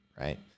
right